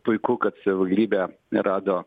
puiku kad savivaldybė rado